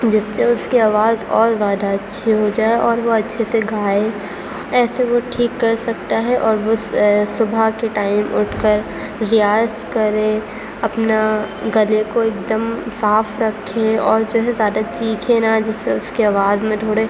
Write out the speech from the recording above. جس سے اس کی آواز اور زیادہ اچھی ہو جائے اور وہ اچھے سے گائے ایسے وہ ٹھیک کر سکتا ہے اور وہ صبح کے ٹائم اُٹھ کر ریاض کرے اپنا گلے کو ایک دم صاف رکھے اور جو ہے زیادہ چیکھے نا جس سے اس کی آواز میں تھوڑے